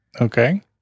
Okay